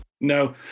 No